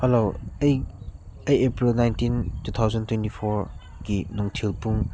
hello ꯑꯩ ꯑꯩ April nineteen two thousand twenty ꯐꯣꯔꯒꯤ ꯅꯨꯡꯊꯤꯜ ꯄꯨꯡ